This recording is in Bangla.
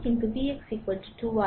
কিন্তুvx 2 i1